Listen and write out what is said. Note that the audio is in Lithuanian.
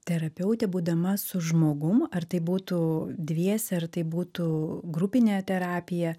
terapeutė būdama su žmogum ar tai būtų dviese ar tai būtų grupinė terapija